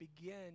begin